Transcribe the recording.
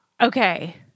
Okay